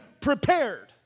prepared